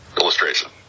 illustration